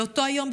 באותו היום,